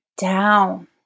down